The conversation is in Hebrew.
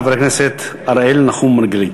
חבר הכנסת אראל מרגלית.